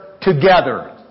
together